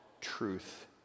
truth